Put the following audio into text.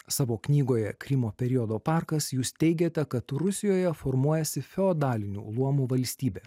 savo knygoje krymo periodo parkas jūs teigiate kad rusijoje formuojasi feodalinių luomų valstybė